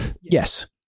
yes